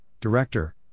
director